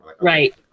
Right